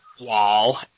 wall